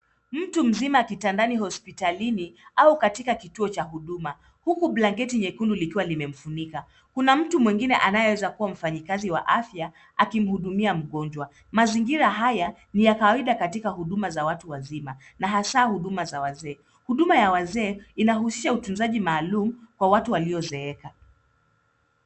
Mtu mzima kitandani hopitalini au katika kituo cha huduma huku blanketi nyekundu likiwa limemfunika kuna mtu mwingine anayeweza kuwa mfanyikazi wa afya akimhudumia mgonjwa mazingira haya ni ya kawaida katika huduma za watu wazima na hasa huduma za wazee huduma ya wazee inahusisha utunzaji maalum kwa watu waliozeeka.